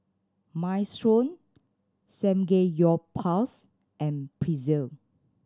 Minestrone Samgeyopsal and Pretzel